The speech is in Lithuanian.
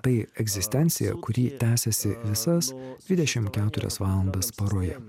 tai egzistencija kuri tęsiasi visas dvidešim keturias valandas paroje